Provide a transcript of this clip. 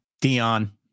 Dion